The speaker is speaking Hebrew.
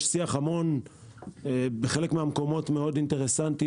יש שיח בחלק מהמקומות מאוד אינטרסנטי,